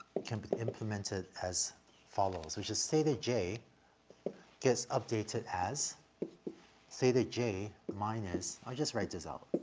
can be implemented as follows, which is theta j gets updated as theta j minus, i'll just write this out,